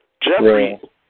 Jeffrey